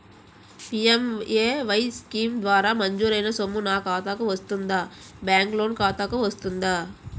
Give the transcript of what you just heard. PMAY scheme ద్వారా మంజూరైన సొమ్ము నా ఖాతా కు వస్తుందాబ్యాంకు లోన్ ఖాతాకు వస్తుందా?